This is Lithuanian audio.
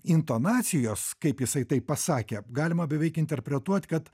intonacijos kaip jisai taip pasakė galima beveik interpretuot kad